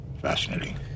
fascinating